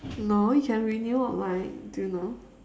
no you can renew online do you know